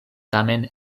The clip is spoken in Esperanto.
tamen